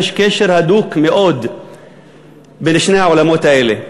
שיש קשר הדוק מאוד בין שני העולמות האלה,